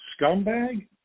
scumbag